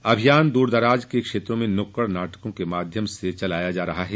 यह अभियान दूर दराज क्षेत्रों में नुक्कड़ नाटकों के माध्यम से हो रहा है